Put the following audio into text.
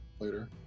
later